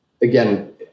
again